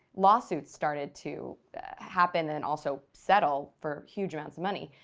lawsuits started to happen and also settle for huge amounts of money.